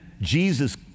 Jesus